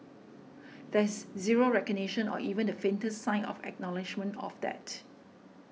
there's zero recognition or even the faintest sign of acknowledgement of that